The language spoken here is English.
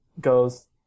Goes